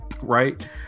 right